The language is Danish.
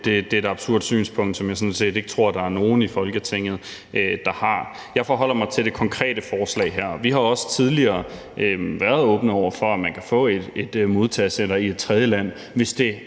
Det er et absurd synspunkt, som jeg sådan set ikke tror der er nogen i Folketinget der har. Jeg forholder mig til det konkrete forslag her, og vi har også tidligere været åbne over for, at man kan få et modtagecenter i et tredjeland, hvis det